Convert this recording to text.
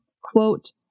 Quote